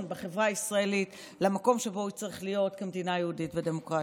בחברה הישראלית למקום שבו הוא צריך להיות כמדינה יהודית ודמוקרטית.